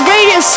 Radio